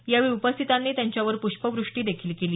यावेळी उपस्थितांनी त्यांच्यावर पुष्पव्रष्टी देखील केली